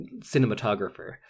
cinematographer